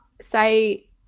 say